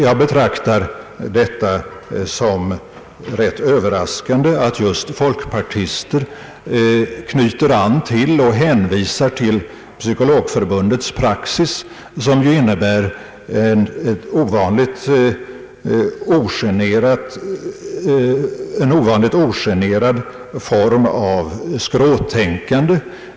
Jag betraktar det såsom rätt överraskande att just folkpartister knyter an till och hänvisar till Psykologförbundets praxis, som ju innebär en ovanligt ogenerad form av skråtänkande.